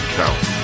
count